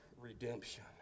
redemption